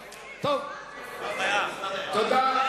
תודה.